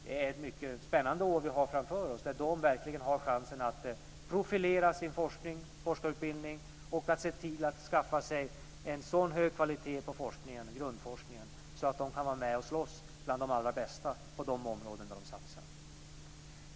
Det är ett mycket spännande år vi har framför oss då de verkligen får chansen att profilera sin forskning och forskarutbildning och se till att skaffa sig en så hög kvalitet på grundforskningen att de kan vara med och slåss bland de allra bästa på de områden där de satsar.